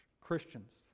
Christians